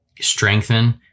strengthen